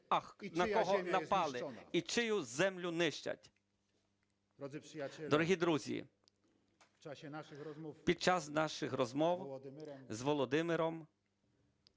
і чию землю нищать. Дорогі друзі, під час наших розмов з Володимиром,